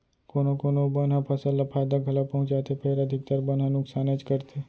कोना कोनो बन ह फसल ल फायदा घलौ पहुँचाथे फेर अधिकतर बन ह नुकसानेच करथे